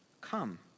Come